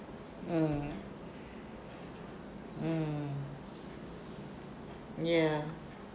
mm mm ya